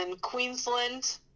Queensland